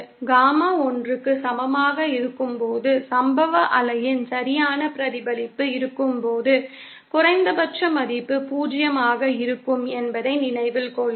gamma 1 க்கு சமமாக இருக்கும்போது சம்பவ அலையின் சரியான பிரதிபலிப்பு இருக்கும்போது குறைந்தபட்ச மதிப்பு 0 ஆக இருக்கும் என்பதை நினைவில் கொள்க